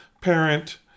parent